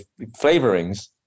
flavorings